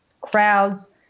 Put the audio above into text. crowds